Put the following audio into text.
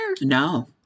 No